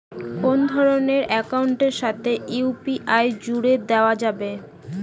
কোন ধরণের অ্যাকাউন্টের সাথে ইউ.পি.আই জুড়ে দেওয়া যাবে?